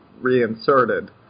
reinserted